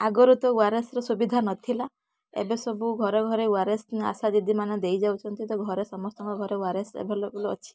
ଆଗରୁ ତ ଓଆର୍ଏସ୍ର ସୁବିଧା ନଥିଲା ଏବେ ସବୁ ଘରେ ଘରେ ଓ ଆର୍ ଏସ୍ ଆଶାଦିଦି ମାନେ ଦେଇଯାଉଛନ୍ତି ତ ଘରେ ସମସ୍ତଙ୍କ ଘରେ ଓ ଆର୍ ଏସ୍ ଆଭେଲେବଲ୍ ଅଛି